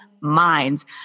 minds